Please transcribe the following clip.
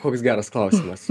koks geras klausimas